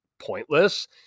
pointless